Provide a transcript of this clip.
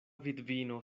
vidvino